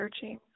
searching